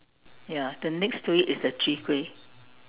ya the next to it is the Chwee-Kueh